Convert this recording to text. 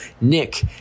nick